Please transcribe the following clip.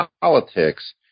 politics